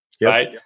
Right